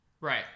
right